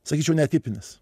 sakyčiau netipinis